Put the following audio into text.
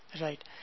Right